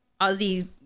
Aussie